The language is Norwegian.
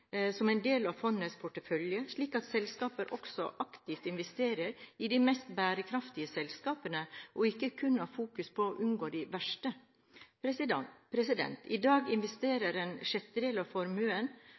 for en del av fondets portefølje, slik at selskapet også aktivt investerer i de mest bærekraftige selskapene, og ikke kun fokuserer på å unngå de verste. I dag